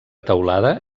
teulada